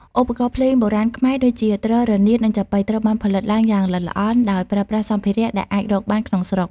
ឧបករណ៍ភ្លេងបុរាណខ្មែរដូចជា ទ្រ រនាត និង ចាប៉ី ត្រូវបានផលិតឡើងយ៉ាងល្អិតល្អន់ ដោយប្រើប្រាស់សម្ភារៈដែលអាចរកបានក្នុងស្រុក។